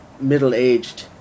middle-aged